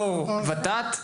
יו"ר ות"ת,